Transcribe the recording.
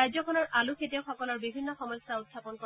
ৰাজ্যখনৰ আলু খেতিয়কসকলৰ বিভিন্ন সমস্যা উখাপন কৰে